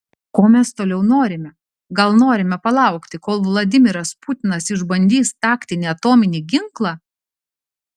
ko mes toliau norime gal norime palaukti kol vladimiras putinas išbandys taktinį atominį ginklą